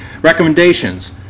Recommendations